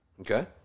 okay